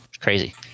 crazy